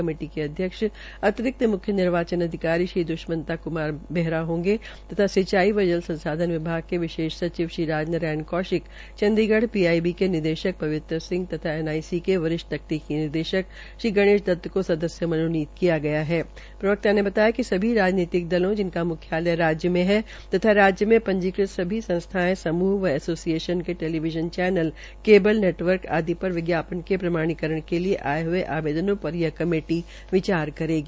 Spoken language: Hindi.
कमेटी के अध्यक्ष अतिरिक्त मुख्य निर्वाचन अधिकारी श्री द्वष्यंत कुमार बेहरा होंगे तथा सिंचाई व जल संसाधन विभाग के विशेष सचिव श्री राज नारायण कोशिक चंडीगए पीआईबी के निदेशक पवित्तर सिंह तथा एनआईसी के वरिष्ठ तकनीकी निदेशक श्री गणेष दत्त को सदस्य मनोनीत किया गया है जिनका म्ख्यालय राज्य मे है तथा राज्य में पंजीकृत सभी संस्थायें समूह या ऐसोसिएशन के टेवीविज़न चैनल केवल नेटवर्क आदि पर विज्ञापन के प्रभावीकरण के लिए आये हये आवेदनों पर यह कमेटी विचार करेगी